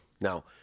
Now